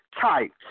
tight